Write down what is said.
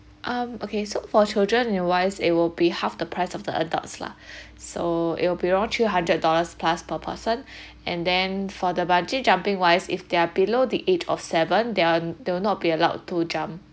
um okay so for children in wise it will be half the price of the adults lah so it'll be around three hundred dollars plus per person and then for the bungee jumping wise if they are below the age of seven they'll they will not be allowed to jump